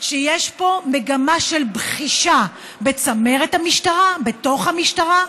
שיש פה מגמה של בחישה בצמרת המשטרה, בתוך המשטרה,